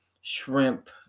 shrimp